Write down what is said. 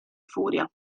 furia